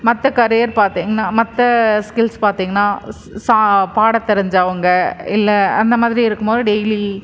மற்ற கரியர் பார்த்தீங்கன்னா மற்ற ஸ்கில்ஸ் பார்த்தீங்கன்னா ஸ் சா பாட தெரிஞ்சவங்க இல்லை அந்த மாதிரி இருக்கும் போது டெய்லி